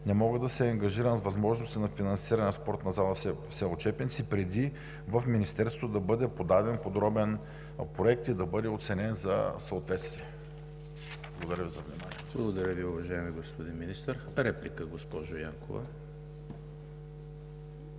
не мога да се ангажирам с възможности за финансиране на спортна зала в село Чепинци преди в Министерството да бъде подаден подробен проект и да бъде оценен за съответствие. Благодаря Ви за вниманието. ПРЕДСЕДАТЕЛ ЕМИЛ ХРИСТОВ: Благодаря Ви, уважаеми господин Министър. Реплика – госпожо Янкова.